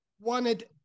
wanted